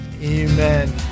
Amen